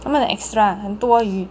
他们很 extra 很多余